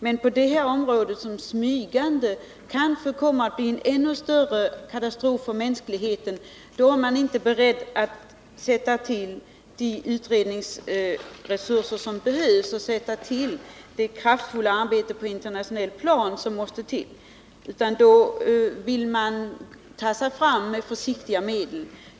Men på det här området där det smygande kan komma att bli en ännu större katastrof för mänskligheten är man inte beredd att sätta till de utredningsresurser som behövs och utföra det kraftfulla arbete på ett internationellt plan som måste till, utan här vill man tassa fram och bara använda försiktiga medel.